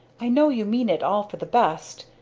i know you mean it all for the best.